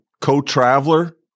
co-traveler